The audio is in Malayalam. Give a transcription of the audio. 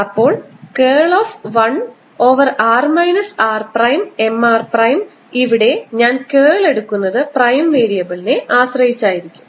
അപ്പോൾ curl of 1 over r minus r prime M r prime ഇവിടെ ഞാൻ കേൾഎടുക്കുന്നത് പ്രൈം വേരിയബിളിനെ ആശ്രയിച്ചായിരിക്കും